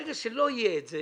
ברגע שלא יהיה את זה